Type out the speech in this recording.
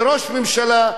וראש ממשלה,